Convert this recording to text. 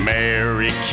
Mary